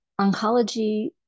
oncology